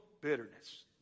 Bitterness